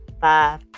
five